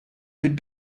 could